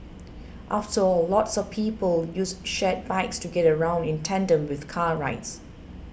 after all lots of people use shared bikes to get around in tandem with car rides